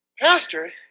Pastor